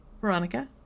Veronica